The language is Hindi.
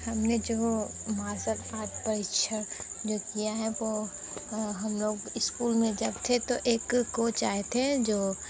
हमने जो मार्सल आर्ट प्रशिक्षण जो किया है वो हम लोग इस्कूल में जब थे तो एक कोच आए थे जो